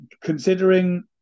considering